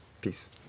Peace